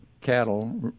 cattle